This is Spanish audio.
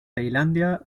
tailandia